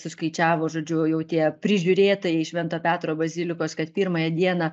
suskaičiavo žodžiu jau tie prižiūrėtojai švento petro bazilikos kad pirmąją dieną